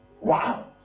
Wow